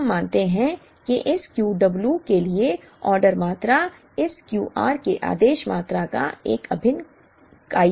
हम मानते हैं कि इस Q w के लिए ऑर्डर मात्रा इस Q r के आदेश मात्रा का एक अभिन्न कई है